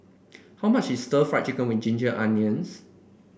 how much is stir Fry Chicken with Ginger Onions